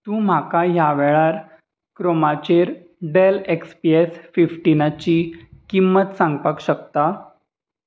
तूं म्हाका ह्या वेळार क्रोमाचेर डॅल ऍक्स पी ऍस फिफ्टिनाची किंमत सांगपाक शकता